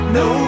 no